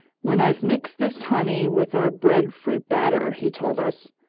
when i've mixed this honey with our breadfruit batter, he told us,